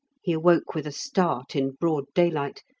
he awoke with a start in broad daylight,